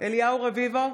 אליהו רביבו,